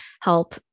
help